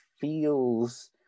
feels